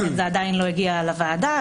לכן זה עדיין לא הגיע לוועדה.